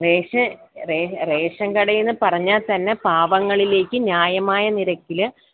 ration ration കട എന്ന് പറഞ്ഞാൽ തന്നെ പാവങ്ങളിലേക്ക് ന്യായമായ നിരക്കിൽ